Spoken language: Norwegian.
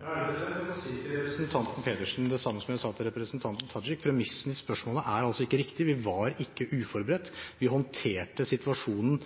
Jeg får si til representanten Pedersen det samme som jeg sa til representanten Tajik: Premissen i spørsmålet er ikke riktig. Vi var ikke uforberedt, vi håndterte situasjonen